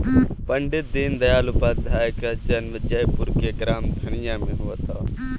पण्डित दीनदयाल उपाध्याय का जन्म जयपुर के ग्राम धनिया में हुआ था